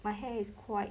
my hair is quite